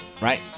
Right